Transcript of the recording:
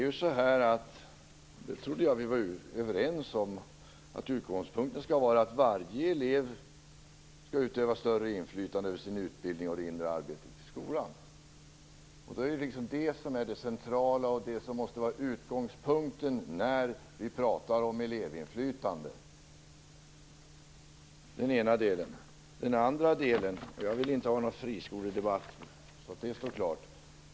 Jag trodde att vi var överens om att utgångspunkten skall vara att varje elev skall utöva större inflytande över sin utbildning och det inre arbetet i skolan. Då är det det som är det centrala och det som måste vara utgångspunkten när vi pratar om elevinflytande. Det är den ena delen. Sedan till den andra delen. Jag vill inte ha någon friskoledebatt, låt det stå klart.